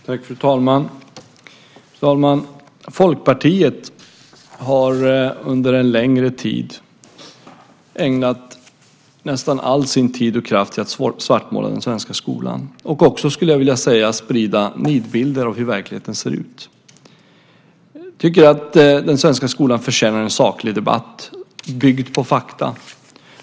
Fru talman! Folkpartiet har under en längre tid ägnat nästan all sin tid och kraft till att svartmåla den svenska skolan och också, skulle jag vilja säga, sprida nidbilder av hur verkligheten ser ut. Jag tycker att den svenska skolan förtjänar en saklig debatt, byggd på fakta.